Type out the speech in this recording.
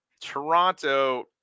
Toronto